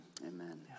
Amen